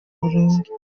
burundu